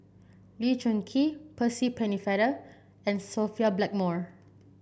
Lee Choon Kee Percy Pennefather and Sophia Blackmore